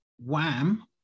Wham